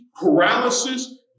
paralysis